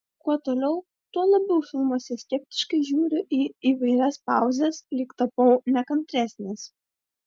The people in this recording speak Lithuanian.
kuo toliau tuo labiau filmuose skeptiškai žiūriu į įvairias pauzes lyg tapau nekantresnis